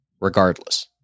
regardless